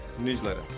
newsletter